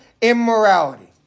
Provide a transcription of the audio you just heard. immorality